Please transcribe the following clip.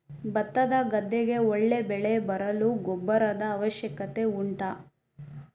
ಭತ್ತದ ಗದ್ದೆಗೆ ಒಳ್ಳೆ ಬೆಳೆ ಬರಲು ಗೊಬ್ಬರದ ಅವಶ್ಯಕತೆ ಉಂಟಾ